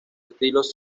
estilos